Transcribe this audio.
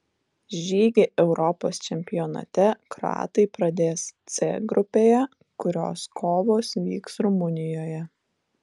žygį europos čempionate kroatai pradės c grupėje kurios kovos vyks rumunijoje